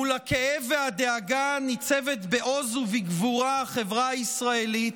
מול הכאב והדאגה ניצבת בעוז ובגבורה החברה הישראלית,